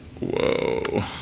Whoa